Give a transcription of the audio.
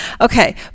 Okay